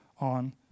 on